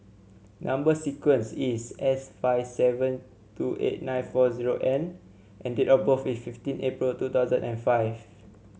number sequence is S five seven two eight nine four zero N and date of birth is fifteen April two thousand and five